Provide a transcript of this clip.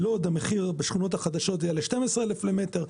בשכונות החדשות בלוד זה יעלה 12,000 למטר,